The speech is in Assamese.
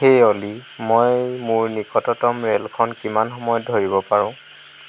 হেই অ'লি মই মোৰ নিকটতম ৰে'লখন কিমান সময়ত ধৰিব পাৰোঁ